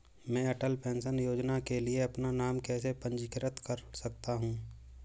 मैं अटल पेंशन योजना के लिए अपना नाम कैसे पंजीकृत कर सकता हूं?